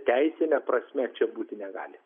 teisine prasme čia būti negali